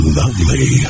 lovely